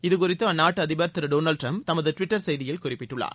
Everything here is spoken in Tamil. இதுகுறித்து அந்நாட்டு அதிபர் திரு டொனால்டு டிரம்ப் தமது டிவிட்டர் செய்தியில் குறிப்பிட்டுள்ளார்